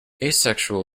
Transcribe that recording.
asexual